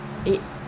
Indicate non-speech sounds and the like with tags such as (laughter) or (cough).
(noise)